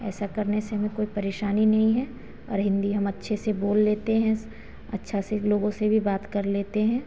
ऐसा करने से हमें कोई परेशानी नहीं है और हिन्दी हम अच्छे से बोल लेते हैं अच्छे से लोगों से भी बात कर लेते हैं